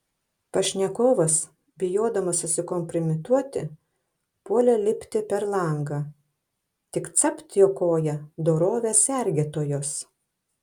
pašnekovas bijodamas susikompromituoti puolė lipti per langą tik capt jo koją dorovės sergėtojos